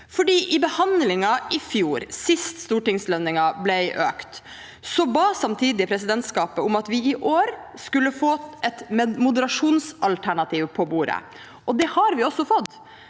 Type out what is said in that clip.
I behandlingen i fjor, sist Stortingets lønninger ble økt, ba samtidig presidentskapet om at vi i år skulle få et moderasjonsalternativ på bordet, og det har vi også fått.